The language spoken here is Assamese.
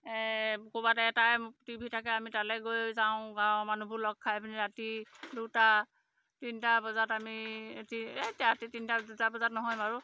ক'ৰবাত এটাই টিভি থাকে আমি তালৈ গৈ যাওঁ গাঁৱৰ মানুহবোৰ লগ খাই পিনে ৰাতি দুটা তিনিটা বজাত আমি এতি এই ৰাতি তিনিটা দুটা বজাত নহয় বাৰু